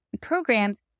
programs